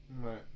Right